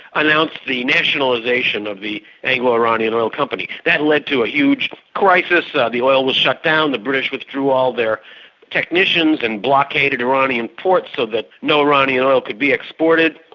announced the nationalisation of the anglo-iranian oil company. that led to a huge crisis, and the oil was shut down. the british withdrew all their technicians and blockaded iranian ports so that no iranian oil could be exported.